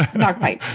not quite.